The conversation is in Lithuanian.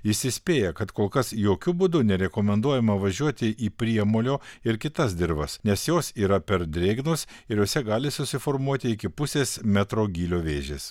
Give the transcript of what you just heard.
jis įspėja kad kol kas jokiu būdu nerekomenduojama važiuoti į priemolio ir kitas dirvas nes jos yra per drėgnos ir jose gali susiformuoti iki pusės metro gylio vėžės